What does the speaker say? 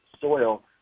soil